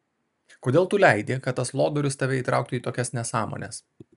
kodėl tu leidi kad tas lodorius tave įtrauktų į tokias nesąmones